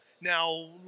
now